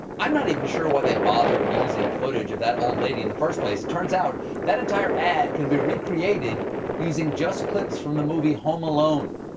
i'm not even sure where they bothered using footage of that old lady in the first place it turned out that entire ad can be recreated using just clips from the movie home alone.